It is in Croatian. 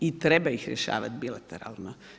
I treba ih rješavati bilateralno.